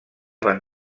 van